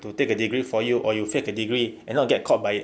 to take the degree for you or you fake a degree and not get caught by it